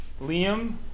Liam